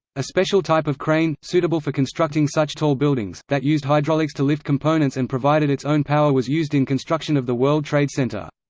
a special type of crane, suitable for constructing such tall buildings, that used hydraulics to lift components and provided its own power was used in construction of the world trade center.